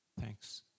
Thanks